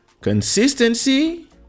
consistency